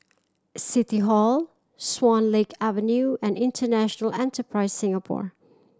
City Hall Swan Lake Avenue and International Enterprise Singapore